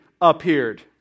appeared